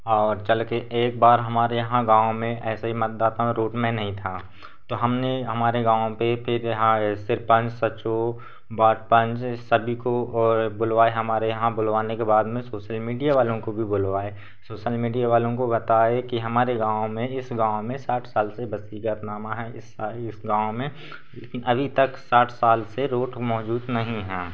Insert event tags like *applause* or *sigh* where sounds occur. और चलकर एक बार हमारे यहाँ गाँव में ऐसे ही मतदाताओं रोड में नहीं था हमने हमारे गाँव पर फिर *unintelligible* सरपन्च एस एच ओ वार्ड पन्च सभी को और बुलवाए हमारे यहाँ बुलवाने के बाद में सोशल मीडिया वालों को भी बुलवाए सोशल मीडिया वालों को बताए कि हमारे गाँव में इस गाँव में साठ साल से वसीयतनामा है इस इस गाँव में लेकिन अभी तक साठ साल से रोड मौजूद नहीं है